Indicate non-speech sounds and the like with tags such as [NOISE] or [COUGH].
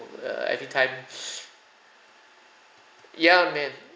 err every time [NOISE] ya man